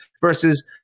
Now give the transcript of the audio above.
Versus